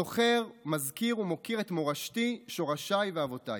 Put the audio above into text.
זוכר, מזכיר ומוקיר את מורשתי, שורשיי ואבותיי.